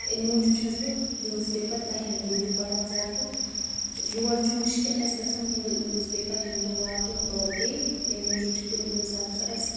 امہِ موٗجوب چھس بہٕ نوز پیپر دَ ہنٛدٗ وے پران زیادٕ یور چھُ مشکِل اسہِ گژھان ہوٕز نوٕز پیپر ہنٛدو واتُن پٔر ڈے تمہِ موٗجوب چھُ کُنہِ کُنہِ ساتہٕ سُہ اسۍ